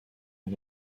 and